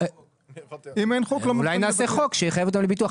חוק למה --- אולי נעשה חוק שיחייב אותו לביטוח,